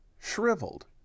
shriveled